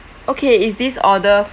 okay is this order